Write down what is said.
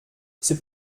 c’est